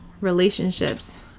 relationships